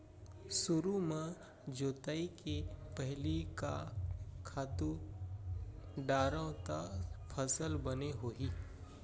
सुरु म जोताई के पहिली का खातू डारव त फसल बने होही?